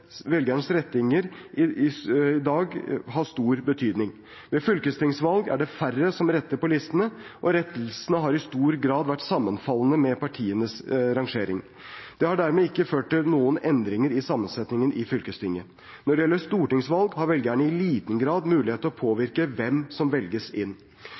fylkestingsvalg er det færre som retter på listene, og rettelsene har i stor grad vært sammenfallende med partienes rangering. Det har dermed ikke ført til store endringer i sammensetningen i fylkestinget. Når det gjelder stortingsvalg, har velgerne i liten grad mulighet til å påvirke hvem som velges inn.